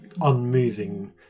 unmoving